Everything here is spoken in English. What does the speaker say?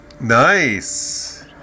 Nice